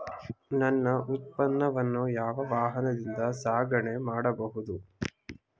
ನನ್ನ ಉತ್ಪನ್ನವನ್ನು ಯಾವ ವಾಹನದಿಂದ ಸಾಗಣೆ ಮಾಡಬಹುದು?